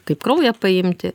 kaip kraują paimti